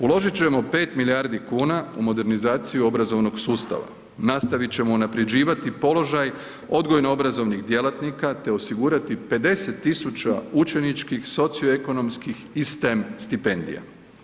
Uložit ćemo 5 milijardi kuna u modernizaciju obrazovnog sustava, nastavit ćemo unaprjeđivati položaj odgojno obrazovnih djelatnika te osigurati 50.000 učeničkih socioekonomskih i STEM stipendija.